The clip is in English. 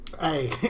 Hey